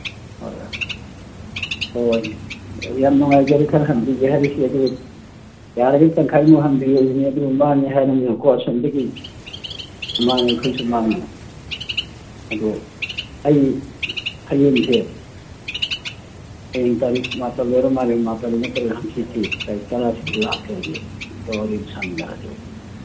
ꯍꯣꯏ ꯍꯣꯏ ꯍꯣꯏ ꯌꯥꯝ ꯅꯨꯡꯉꯥꯏꯖꯔꯦ ꯈꯔ ꯍꯟꯕꯤꯒꯦ ꯍꯥꯏꯔꯤꯁꯦ ꯑꯗꯨ ꯌꯥꯔꯒꯗꯤ ꯇꯪꯈꯥꯏꯃꯨꯛ ꯍꯟꯕꯤꯌꯨ ꯑꯗꯨ ꯃꯥꯡꯉꯦ ꯍꯥꯏꯔꯝꯅꯤꯅꯀꯣ ꯑꯁꯣꯝꯗꯒꯤ ꯃꯥꯡꯉꯦ ꯑꯩꯈꯣꯏꯁꯨ ꯃꯥꯡꯉꯦ ꯑꯗꯨ ꯑꯩ ꯍꯌꯦꯡꯁꯦ ꯍꯌꯦꯡ ꯇꯥꯔꯤꯛ ꯃꯥꯄꯜ ꯑꯣꯏꯔ ꯃꯥꯜꯂꯦ ꯃꯥꯄꯜ ꯅꯠꯇ꯭ꯔꯒ ꯍꯥꯡꯆꯤꯠ ꯇꯥꯔꯤꯛ ꯇꯔꯥꯁꯤꯗ ꯂꯥꯛꯀꯦ ꯑꯝꯇ ꯋꯥꯔꯤ ꯑꯃ ꯁꯥꯃꯤꯟꯅꯔꯁꯤ